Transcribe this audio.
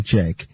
Check